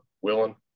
willing